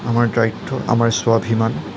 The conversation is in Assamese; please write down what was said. আমাৰ দায়িত্ব আমাৰ স্বাভিমান